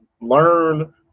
Learn